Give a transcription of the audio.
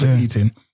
eating